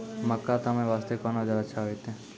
मक्का तामे वास्ते कोंन औजार अच्छा होइतै?